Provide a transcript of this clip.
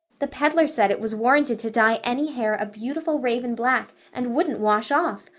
the peddler said it was warranted to dye any hair a beautiful raven black and wouldn't wash off.